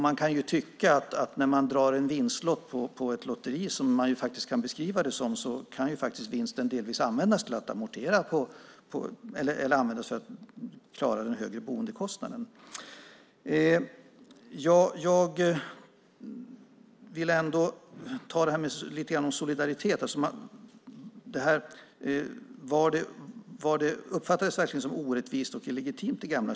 Man kan tycka att den som drar en vinstlott på ett lotteri, som man faktiskt kan beskriva det som, kan delvis använda vinsten för att klara den högre boendekostnaden. Jag vill ända tala lite om solidaritet. Man säger att det gamla systemet uppfattades som orättvist och illegitimt.